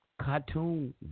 cartoon